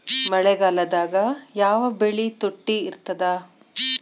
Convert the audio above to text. ಮಳೆಗಾಲದಾಗ ಯಾವ ಬೆಳಿ ತುಟ್ಟಿ ಇರ್ತದ?